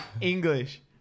English